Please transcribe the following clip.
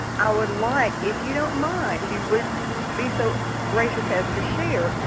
i would like, if you don't mind, if you would be so gracious as to share,